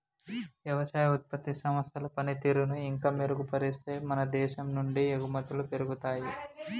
వ్యవసాయ ఉత్పత్తి సంస్థల పనితీరును ఇంకా మెరుగుపరిస్తే మన దేశం నుండి ఎగుమతులు పెరుగుతాయి